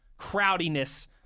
Crowdiness